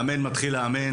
מאמן מתחיל לאמן,